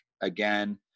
again